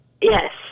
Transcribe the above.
Yes